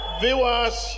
viewers